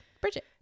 Bridget